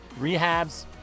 rehabs